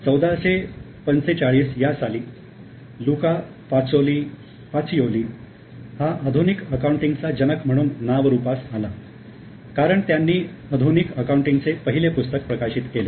1445 या साली Luca Pacioli Pacioli हा आधुनिक अकाउंटिंगचा जनक म्हणून नाव रूपास आला कारण त्यांनी आधुनिक अकाउंटिंगचे पहिले पुस्तक प्रकाशित केले